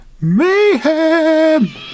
Mayhem